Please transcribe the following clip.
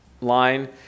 line